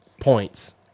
points